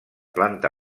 planta